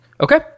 Okay